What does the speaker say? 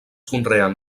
conreen